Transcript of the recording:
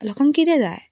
लोकांक किदें जाय